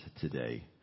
today